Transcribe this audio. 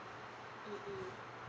mm mm